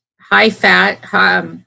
high-fat